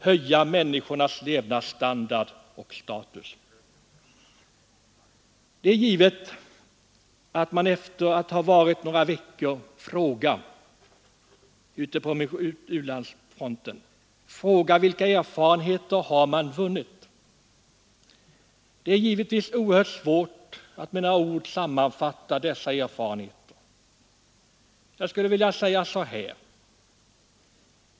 höja människornas levnadsstandard och status. Det är givet att man efter att ha varit ute några veckor i ett u-land frågar sig vilka erfarenheter man har vunnit. Det är naturligtvis oerhört svårt att med några ord sammanfatta dessa erfarenheter. Jag skulle vilja säga så här.